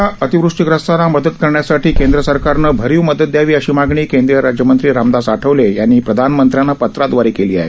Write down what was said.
राज्यातल्या अतिवृष्टीग्रस्तांना मदत करण्यासाठी केंद्रसरकारनं भरीव मदत दयावी अशी मागणी केंद्रीय राज्यमंत्री रामदास आठवले यांनी प्रधानमंत्र्यांना पत्रादवारे केली आहे